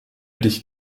dich